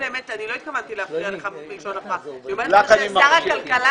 לא התכוונתי להפריע לך ששר הכלכלה